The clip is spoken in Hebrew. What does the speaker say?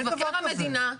מבקר המדינה,